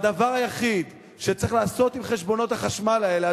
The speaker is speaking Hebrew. והדבר היחיד שצריך לעשות עם חשבונות החשמל האלה,